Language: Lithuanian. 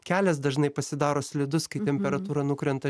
kelias dažnai pasidaro slidus kai temperatūra nukrenta